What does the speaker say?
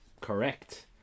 Correct